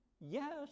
Yes